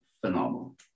phenomenal